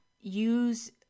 use